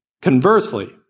Conversely